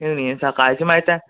कळ्ळें न्ही सकाळचें मागीर तें